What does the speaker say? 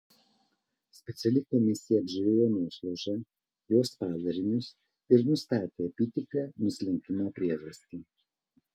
speciali komisija apžiūrėjo nuošliaužą jos padarinius ir nustatė apytikrę nuslinkimo priežastį